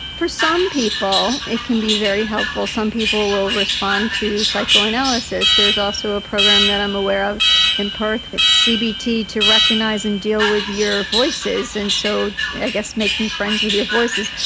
for some people it can be very helpful. some people will respond to psychoanalysis. there's also a program that i'm aware of in perth, it's cbt to recognise and deal with your voices, and so i guess making friends with your voices.